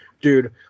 dude